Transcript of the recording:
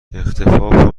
اختفاء